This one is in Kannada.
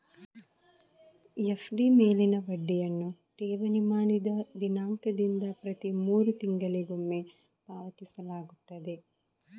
ಎಫ್.ಡಿ ಮೇಲಿನ ಬಡ್ಡಿಯನ್ನು ಠೇವಣಿ ಮಾಡಿದ ದಿನಾಂಕದಿಂದ ಪ್ರತಿ ಮೂರು ತಿಂಗಳಿಗೊಮ್ಮೆ ಪಾವತಿಸಲಾಗುತ್ತದೆ